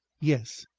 yes.